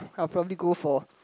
I probably go for